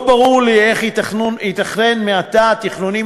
לא ברור לי איך יתכנן מעתה תכנונים